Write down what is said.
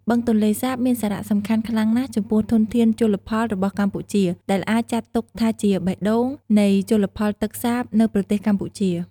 បឹងទន្លេសាបមានសារៈសំខាន់ខ្លាំងណាស់ចំពោះធនធានជលផលរបស់កម្ពុជា ដែលអាចចាត់ទុកថាជា "បេះដូង" នៃជលផលទឹកសាបនៅប្រទេសកម្ពុជា។